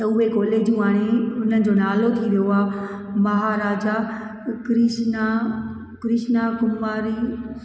उहे कॉलेजूं आहे उन्हनि जो नालो थी वियो आहे महाराजा कृष्णा कृष्णा कुमारी